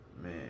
man